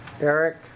Eric